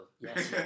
Yes